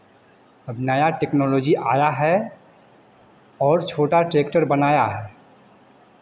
अब नया टेक्नोलॉजी आया है और छोटा ट्रैक्टर बनाया है